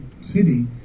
city